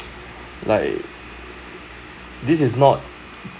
like this is not